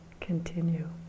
continue